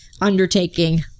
undertaking